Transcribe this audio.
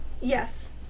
Yes